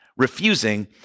refusing